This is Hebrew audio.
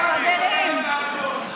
למה לא שבע ועדות?